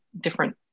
different